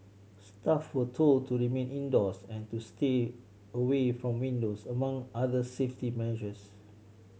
staff were told to remain indoors and to stay away from windows among other safety measures